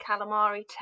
calamari